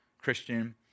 Christian